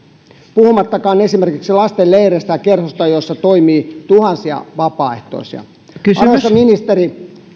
puhumattakaan esimerkiksi lasten leireistä ja kerhoista joissa toimii tuhansia vapaaehtoisia arvoisa ministeri